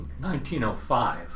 1905